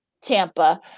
Tampa